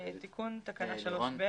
תיקון תקנה 3ב